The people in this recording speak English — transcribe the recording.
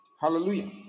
Hallelujah